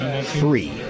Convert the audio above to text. Three